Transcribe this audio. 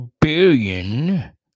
billion